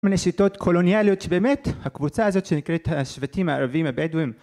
כל מיני שיטות קולוניאליות שבאמת הקבוצה הזאת שנקראת השבטים הערבים הבדואים